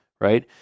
right